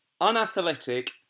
Unathletic